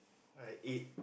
I eat